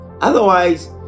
otherwise